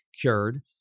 cured